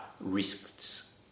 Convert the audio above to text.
risks